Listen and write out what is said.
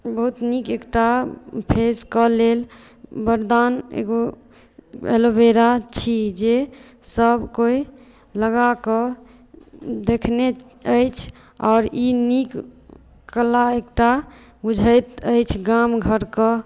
ई बहुत नीक एकटा फेस के लेल वरदान एगो एलोवेरा छी जे सभ कोई लगाकऽ देखने अछि आओर ई नीक कला एकटा बुझैत अछि गाम घरके